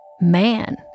Man